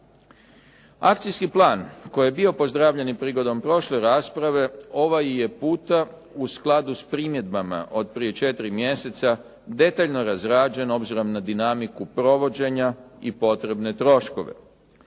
Akcijski plan koji je bio pozdravljen i prigodom prošle rasprave, ovaj je put u skladu s primjedbama od prije 4 mjeseca detaljno razrađen obzirom na dinamiku provođenja i potrebne troškove.